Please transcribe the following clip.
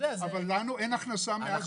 אבל לנו אין הכנסה מאז יולי.